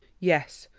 yes,